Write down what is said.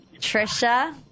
Trisha